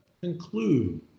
conclude